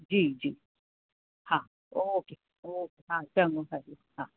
जी जी हा okay okay हा चङो हरि ओम हा